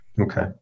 Okay